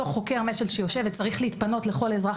אותו חוקר משל שיושב וצריך להתפנות לכל אזרח